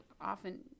often